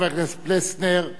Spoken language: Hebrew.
חבר הכנסת פלסנר,